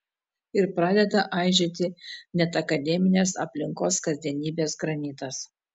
ir pradeda aižėti net akademinės aplinkos kasdienybės granitas